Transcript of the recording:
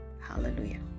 Hallelujah